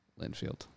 Linfield